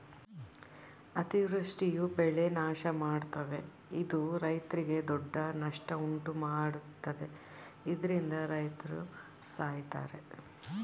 ಅತಿವೃಷ್ಟಿಯು ಬೆಳೆ ನಾಶಮಾಡ್ತವೆ ಇದು ರೈತ್ರಿಗೆ ದೊಡ್ಡ ನಷ್ಟ ಉಂಟುಮಾಡ್ತದೆ ಇದ್ರಿಂದ ರೈತ್ರು ಸಾಯ್ತರೆ